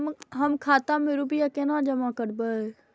हम खाता में रूपया केना जमा करबे?